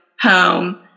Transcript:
home